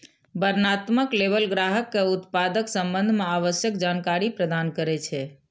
वर्णनात्मक लेबल ग्राहक कें उत्पादक संबंध मे आवश्यक जानकारी प्रदान करै छै